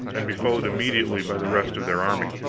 and be followed immediately by the rest of their army.